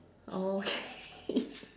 okay